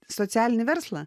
socialinį verslą